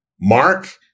Mark